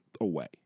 away